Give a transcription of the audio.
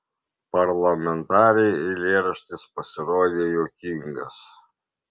parlamentarei eilėraštis pasirodė juokingas